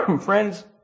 Friends